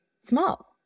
small